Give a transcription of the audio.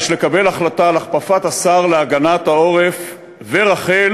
יש לקבל החלטה על הכפפת השר להגנת העורף ורח"ל,